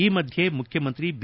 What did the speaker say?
ಈ ಮಧ್ಯೆ ಮುಖ್ಯಮಂತ್ರಿ ಬಿ